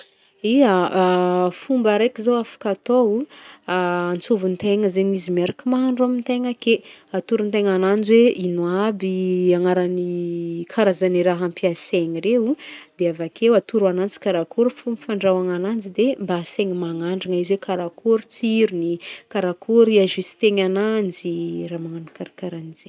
Ya, foma araiky zao afaka atao, antsovintegna zegny izy miaraka mahandro amintegna ake, atoron-tegna agnajy hoe ino aby agnaran'ny raha ampasegny reo, de avake atoro agnanjy karakôry fomba fandrahoagna agnanjy de mba asegny magnandrana izy hoe karakôry tsirony karakôry hiajustena agnanjy, magnagno karakaranjegny.